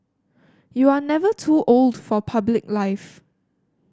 you are never too old for public life